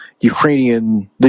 Ukrainian